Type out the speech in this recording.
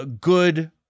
good